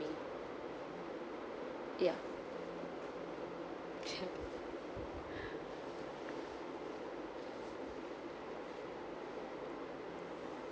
me ya